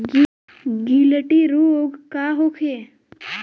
गिलटी रोग का होखे?